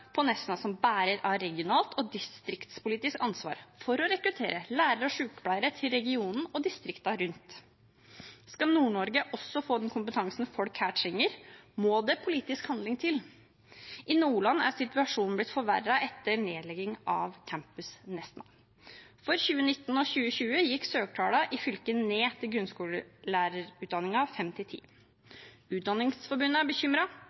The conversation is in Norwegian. som bærer av et regionalt og distriktspolitisk ansvar for å rekruttere lærere og sykepleiere til regionen og distriktene rundt. Skal Nord-Norge også få den kompetansen folk her trenger, må det politisk handling til. I Nordland er situasjonen blitt forverret etter nedleggingen av Campus Nesna. For 2019 og 2020 gikk søkertallene til grunnskolelærerutdanningen 5.–10. trinn i fylket ned.